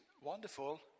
wonderful